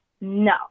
No